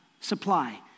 supply